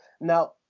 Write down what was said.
Now